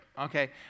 Okay